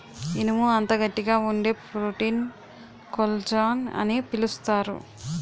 ఇనుము అంత గట్టిగా వుండే ప్రోటీన్ కొల్లజాన్ అని పిలుస్తారు